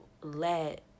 let